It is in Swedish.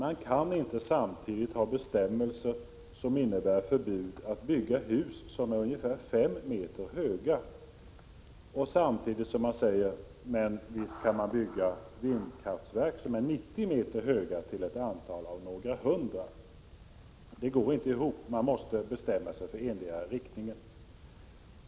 Vi kan inte ha bestämmelser som innebär förbud mot att bygga ungefär 5 meter höga hus samtidigt som man säger att man visst kan bygga några hundra vindkraftverk som är 90 meter höga. Det går inte ihop. Man måste bestämma sig för endera riktningen.